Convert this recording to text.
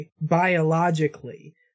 biologically